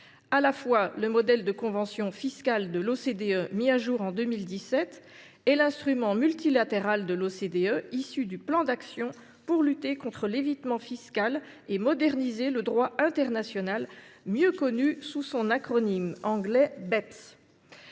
à la fois au modèle de convention fiscale de l’OCDE mis à jour en 2017 et à l’instrument multilatéral de l’Organisation, issu du plan d’action pour lutter contre l’évitement fiscal et moderniser le droit fiscal international, mieux connu sous son acronyme anglais Beps